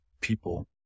people